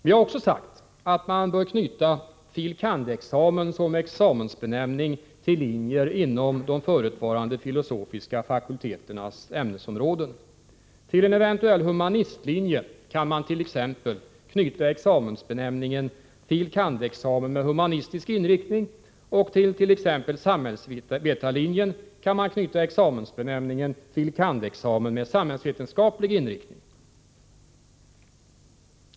Vi har också sagt att man bör knyta fil. kand.-examen som examensbenämning till linjer inom de förutvarande filosofiska fakulteternas ämnesområden. Till en eventuell humanistlinje kan man t.ex. knyta examensbenämningen ”fil. kand.-examen med humanistisk inriktning” och till samhällsvetarlinjen kan man knyta examensbenämningen ”fil. kand.-examen med samhällsvetenskaplig inriktning”.